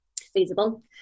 feasible